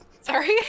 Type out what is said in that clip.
Sorry